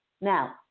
Now